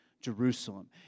Jerusalem